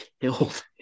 killed